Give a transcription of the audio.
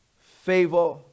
Favor